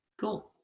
Cool